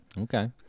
okay